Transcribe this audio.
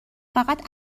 فقط